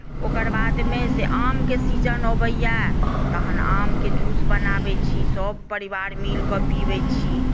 ओकर बादमे से आमके सीजन अबैए तहन आमक जूस बनाबैत छी सभपरिवार मिलि कऽ पीबैत छी